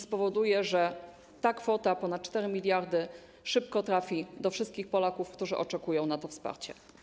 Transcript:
Spowoduje on, że ta kwota ponad 4 mld szybko trafi do wszystkich Polaków, którzy oczekują na to wsparcie.